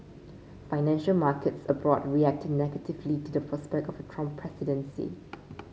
financial markets abroad reacted negatively to the prospect of a Trump presidency